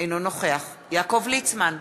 אינו נוכח יעקב ליצמן,